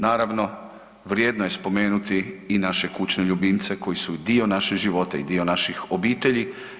Naravno, vrijedno je spomenuti i naše kućne ljubimce koji su dio našeg života i dio naših obitelji.